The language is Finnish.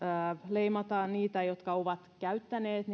leimattaisi niitä lapsia ja nuoria jotka ovat käyttäneet